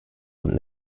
und